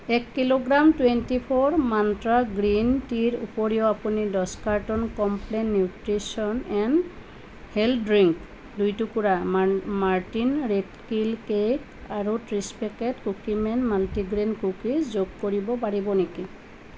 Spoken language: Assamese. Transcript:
এক কিলোগ্ৰাম টুৱেণ্টি ফ'ৰ মান্ত্ৰা গ্ৰীণ টিৰ উপৰিও আপুনি দহ carton Complan nutrition and health drink দুই টুকুৰা মান মাৰ্টিন ৰেট কিল কেক আৰু ত্ৰিছ পেকেট কুকিমেন মাল্টিগ্ৰেইন কুকিজ যোগ কৰিব পাৰিব নেকি